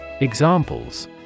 Examples